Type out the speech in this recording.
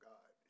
God